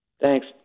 Thanks